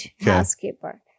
housekeeper